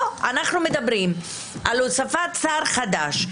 פה אנחנו מדברים על הוספת שר חדש,